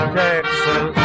texas